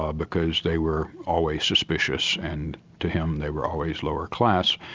ah because they were always suspicious and to him they were always lower class.